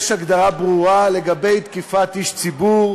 יש הגדרה ברורה לגבי תקיפת איש ציבור